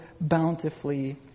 bountifully